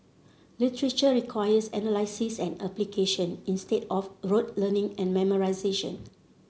literature requires analysis and application instead of rote learning and memorisation